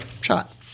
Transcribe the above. shot